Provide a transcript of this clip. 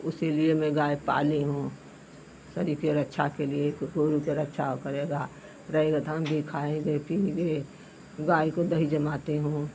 उसी लिए मैं गाय पाली हूँ शरीर के रक्षा के लिए गोरू के रक्षा करेगा रहेगा त हम भी खाएंगे पिएंगे गाय को दही जमाती हूँ